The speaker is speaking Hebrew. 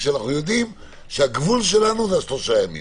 כשאנחנו יודעים שהגבול שלנו הוא שלושת הימים.